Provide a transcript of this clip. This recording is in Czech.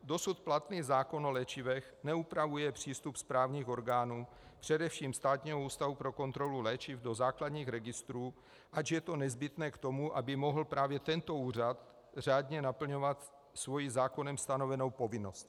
Dosud platný zákon o léčivech neupravuje přístup správních orgánů, především Státního ústavu pro kontrolu léčiv, do základních registrů, ač je to nezbytné k tomu, aby mohl právě tento úřad řádně naplňovat svoji zákonem stanovenou povinnost.